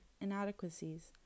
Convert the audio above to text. inadequacies